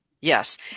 Yes